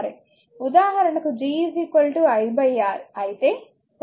ఉదాహరణకు G 1 R అయితే సరే